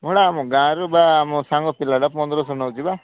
ଭଡ଼ା ଆମ ଗାଁରୁ ବା ଆମ ସାଙ୍ଗ ପିଲାଟା ପନ୍ଦରଶହ ନେଉଛି ବା